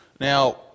Now